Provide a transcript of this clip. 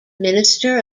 minister